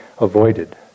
avoided